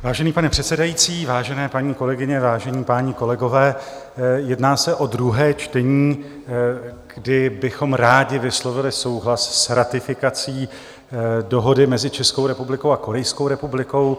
Vážený pane předsedající, vážené paní kolegyně, vážení páni kolegové, jedná se o druhé čtení, kdy bychom rádi vyslovili souhlas s ratifikací dohody mezi Českou republikou a Korejskou republikou.